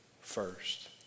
first